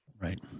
Right